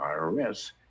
IRS